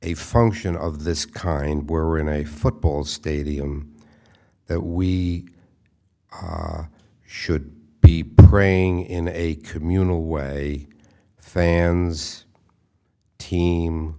a function of this kind we're in a football stadium that we should be praying in a communal way fans team